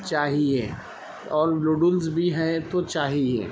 چاہیے اور نوڈلس بھی ہے تو چاہیے